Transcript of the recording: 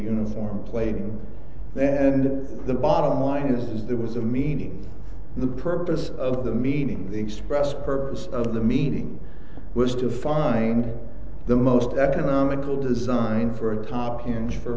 uniform plating and the bottom line is there was a meaning the purpose of the meeting the express purpose of the meeting was to find the most economical design for a top hinge for